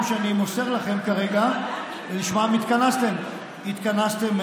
שאני מוסר לכם כרגע ושלשמם התכנסתם כאן.